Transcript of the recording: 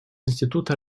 института